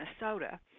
Minnesota